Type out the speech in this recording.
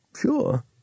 sure